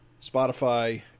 Spotify